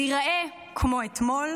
הוא ייראה כמו אתמול,